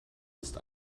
ist